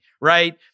right